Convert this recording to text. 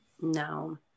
No